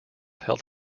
health